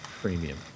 premium